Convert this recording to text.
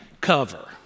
cover